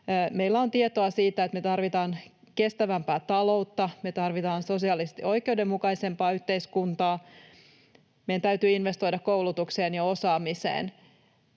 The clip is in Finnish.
Meillä on tietoa siitä, että me tarvitaan kestävämpää taloutta, me tarvitaan sosiaalisesti oikeudenmukaisempaa yhteiskuntaa, meidän täytyy investoida koulutukseen ja osaamiseen.